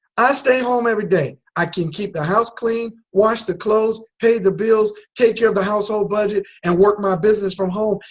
i stay home every day. i can keep the house clean, wash the clothes pay the bills take care of the household budget and work my business from home.